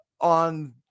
on